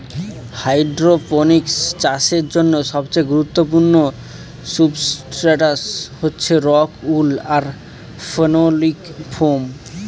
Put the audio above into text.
hydroponics চাষের জন্য সবচেয়ে গুরুত্বপূর্ণ সুবস্ট্রাটাস হচ্ছে রক উল আর ফেনোলিক ফোম